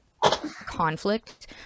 conflict